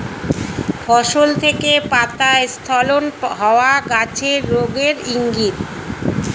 ফসল থেকে পাতা স্খলন হওয়া গাছের রোগের ইংগিত